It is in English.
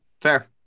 Fair